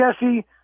Jesse